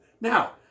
Now